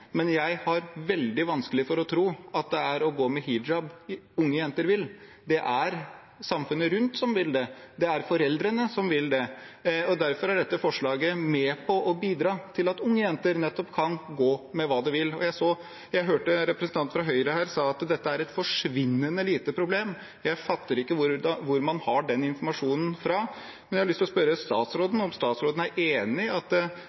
men jeg har veldig vanskelig for å tro at å gå med hijab er det unge jenter vil. Det er samfunnet rundt som vil det, det er foreldrene som vil det. Derfor er dette forslaget med på å bidra til at unge jenter nettopp kan gå med hva de vil. Jeg hørte representanten fra Høyre si her at dette er et forsvinnende lite problem. Jeg fatter ikke hvor man har den informasjonen fra. Men jeg har lyst til å spørre statsråden om hun er enig i at